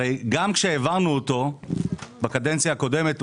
הרי גם כשהעברנו אותו בקדנציה הקודמת,